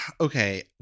okay